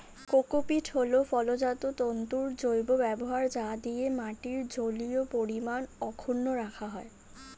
cocopeat হল ফলজাত তন্তুর জৈব ব্যবহার যা দিয়ে মাটির জলীয় পরিমাণ অক্ষুন্ন রাখা যায়